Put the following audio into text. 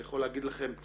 אני יכול להגיד לכם,